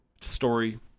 Story